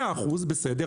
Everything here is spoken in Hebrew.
מאה אחוז, בסדר.